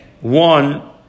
one